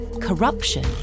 corruption